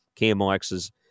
KMOX's